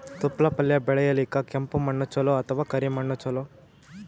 ತೊಪ್ಲಪಲ್ಯ ಬೆಳೆಯಲಿಕ ಕೆಂಪು ಮಣ್ಣು ಚಲೋ ಅಥವ ಕರಿ ಮಣ್ಣು ಚಲೋ?